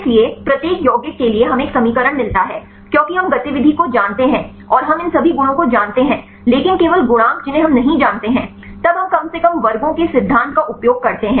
इसलिए प्रत्येक यौगिक के लिए हमें एक समीकरण मिलता है क्योंकि हम गतिविधि को जानते हैं और हम इन सभी गुणों को जानते हैं लेकिन केवल गुणांक जिन्हें हम नहीं जानते हैं तब हम कम से कम वर्गों के सिद्धांत का उपयोग करते हैं